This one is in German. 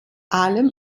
allem